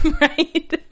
right